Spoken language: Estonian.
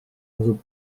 asub